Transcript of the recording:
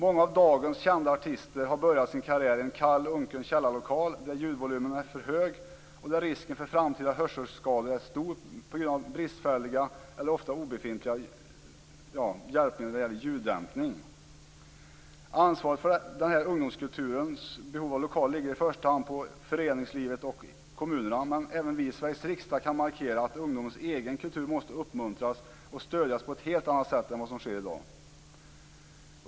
Många av dagens kända artister har börjat sin karriär i en kall, unken källarlokal där ljudvolymen är för hög och där risken för framtida hörselskador är stor på grund av bristfälliga eller obefintliga hjälpmedel när det gäller ljuddämpning. Ansvaret för ungdomskulturens behov av lokaler ligger i första hand på föreningslivet och kommunerna, men även vi i Sveriges riksdag kan markera att ungdomens egen kultur måste uppmuntras och stödjas på ett helt annat sätt än vad som sker i dag.